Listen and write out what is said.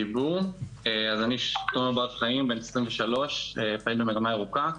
אני תומר בר חיים בן 23 פעיל במגמה ירוקה.